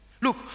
Look